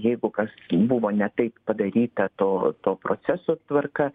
jeigu kas buvo ne taip padaryta to to proceso tvarka